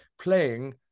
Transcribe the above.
playing